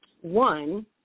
one